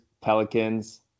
Pelicans